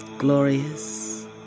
Glorious